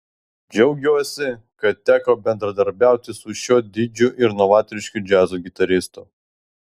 džiaugiuosi kad teko bendradarbiauti su šiuo didžiu ir novatorišku džiazo gitaristu